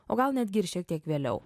o gal netgi ir šiek tiek vėliau